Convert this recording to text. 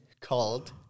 called